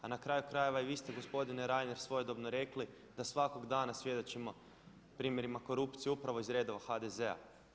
A na kraju krajeva i vi ste gospodine Reiner svojedobno rekli da svakog dana svjedočimo primjerima korupcije upravo iz redova HDZ-a.